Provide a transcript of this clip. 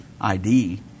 ID